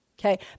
Okay